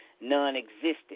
nonexistent